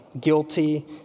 guilty